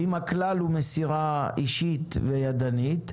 אם הכלל הוא מסירה אישית וידנית,